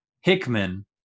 hickman